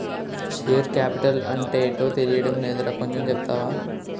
Share capital అంటేటో తెలీడం లేదురా కొంచెం చెప్తావా?